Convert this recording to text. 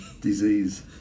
disease